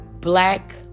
black